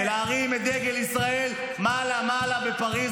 -- ולהרים את דגל ישראל מעלה מעלה בפריז,